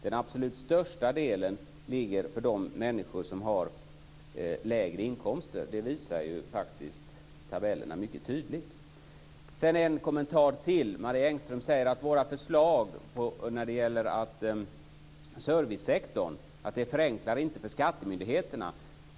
Den absolut största delen gäller de människor som har lägre inkomster. Det visar ju faktiskt tabellerna mycket tydligt. Jag har ytterligare en kommentar. Marie Engström sade att våra förslag när det gäller servicesektorn inte förenklar för skattemyndigheterna.